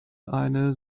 eine